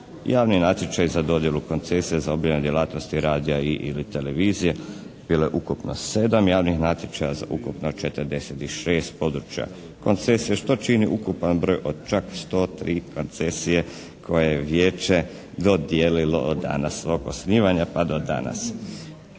javni natječaj za dodjelu koncesije za obavljanje djelatnosti radija i/ili televizije bilo je ukupno 7 javnih natječaja za ukupno 46 područja koncesije što čini ukupan broj od čak 103 koncesije koje je vijeće dodijelilo od dana svog osnivanja pa do danas.